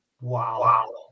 Wow